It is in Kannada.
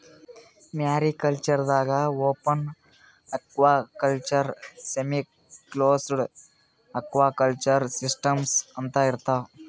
ಮ್ಯಾರಿಕಲ್ಚರ್ ದಾಗಾ open aquaculture, semiclosed aquaculture systems ಅಂತಾ ಇರ್ತವ್